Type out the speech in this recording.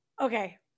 Okay